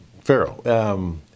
Pharaoh